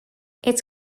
its